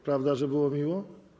Prawda, że było miło?